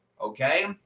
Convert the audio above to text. okay